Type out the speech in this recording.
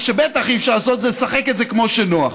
מה שבטח אי-אפשר לעשות זה לשחק את זה כמו שנוח.